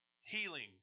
Healing